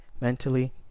mentally